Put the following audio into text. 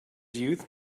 youth